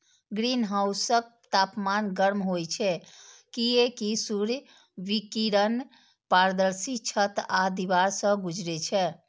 ग्रीनहाउसक तापमान गर्म होइ छै, कियैकि सूर्य विकिरण पारदर्शी छत आ दीवार सं गुजरै छै